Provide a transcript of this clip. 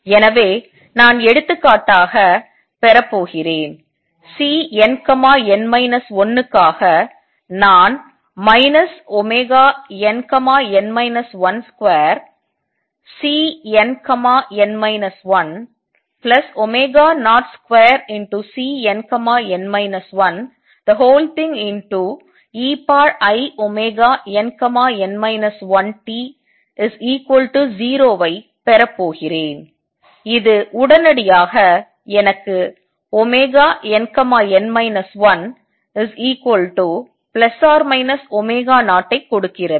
எனவே நான் எடுத்துக்காட்டாக பெற போகிறேன் Cnn 1 க்காக நான் nn 12Cnn 102Cnn 1einn 1t0 ஐ பெற போகிறேன் இது உடனடியாக எனக்கு nn 1±0 ஐ கொடுக்கிறது